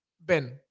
Ben